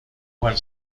cual